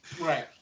Right